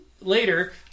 later